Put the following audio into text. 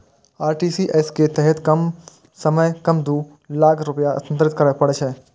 RTGS के तहत कम सं कम दू लाख रुपैया हस्तांतरित करय पड़ै छै